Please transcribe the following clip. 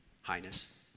Highness